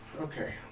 okay